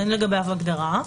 אין לגביו הגדרה.